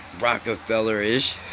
Rockefeller-ish